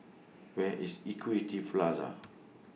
Where IS Equity Plaza